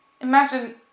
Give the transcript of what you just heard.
imagine